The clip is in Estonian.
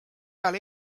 peal